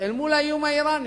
התנחלויות, אל מול האיום האירני?